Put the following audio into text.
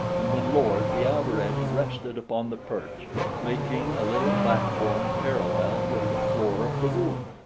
and when lowered the outer edge rested upon the perch, making a little platform parallel with the floor of the room.